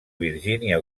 virgínia